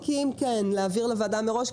ולהעביר לוועדה מראש.